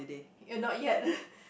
you not yet